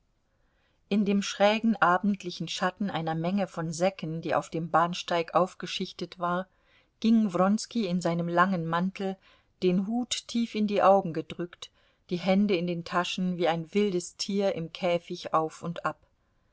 in dem schrägen abendlichen schatten einer menge von säcken die auf dem bahnsteig aufgeschichtet war ging wronski in seinem langen mantel den hut tief in die augen gedrückt die hände in den taschen wie ein wildes tier im käfig auf und ab